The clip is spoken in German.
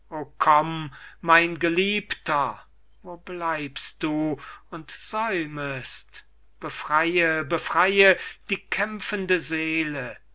mein geliebter wo bleibst du und säumest befreie befreie die kämpfende seele